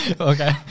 Okay